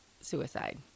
suicide